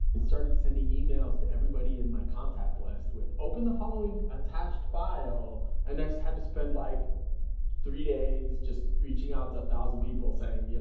it started sending emails to everybody in my contact list with, open the following attached file. and i had to spend like three days just reaching out to a thousand people saying, you know,